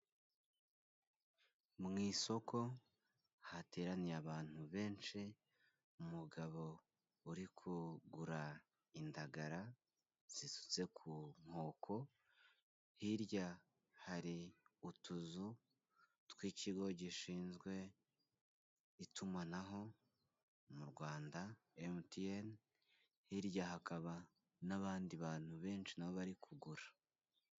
Mu isoko hateraniye abantu benshi, umugabo uri kugura indagara zisutse ku nkoko hirya, hari utuzu tw'ikigo gishinzwe itumanaho mu Rwanda, MTN. Hirya hakaba n'abandi bantu benshi bari kugura.